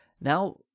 Now